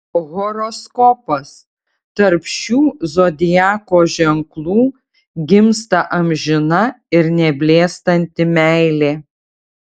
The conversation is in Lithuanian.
horoskopas tarp šių zodiako ženklų gimsta amžina ir neblėstanti meilė